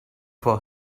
for